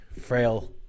frail